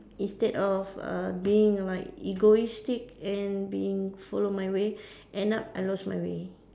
instead of uh being like egoistic and being follow my way end up I lost my way